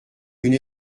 une